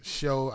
show